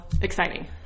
exciting